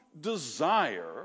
desire